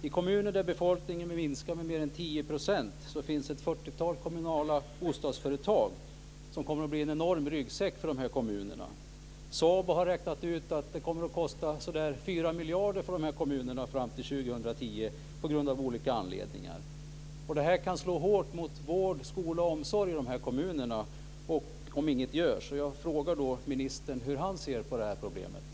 I kommuner där befolkningen minskar med mer än 10 % finns ett fyrtiotal kommunala bostadsföretag som kommer att bli en enorm ryggsäck för dessa kommuner. SABO har räknat ut att det kommer att kosta så där 4 miljarder för dessa kommuner fram till 2010, av olika anledningar. Det här kan slå hårt mot vård, skola och omsorg i kommunerna om inget görs. Jag frågar därför ministern hur han ser på det här problemet.